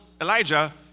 Elijah